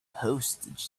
postage